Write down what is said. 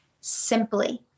simply